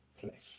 flesh